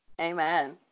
amen